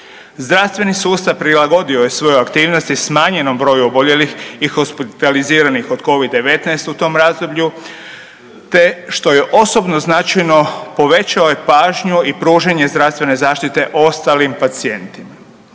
Zdravstveni sustav prilagodio je svoju aktivnost i smanjenom broju oboljelih i hospitaliziranih od Covid-19 u tom razdoblju te što je osobno značajno, povećao je pažnju i pružanje zdravstvene zaštite ostalim pacijentima.